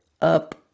up